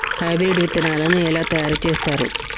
Hybrid విత్తనాలను ఎలా తయారు చేస్తారు?